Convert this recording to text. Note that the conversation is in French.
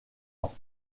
ans